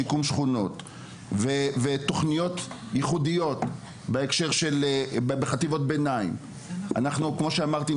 של שיקום שכונות ותוכניות ייחודיות בחטיבות הביניים וכמו שאמרתי,